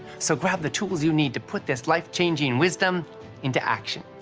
so grab the tools you need to put this life changing wisdom into action.